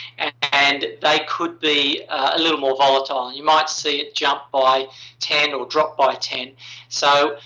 and they could be a little more volatile. you might see it jump by ten or drop by ten. so,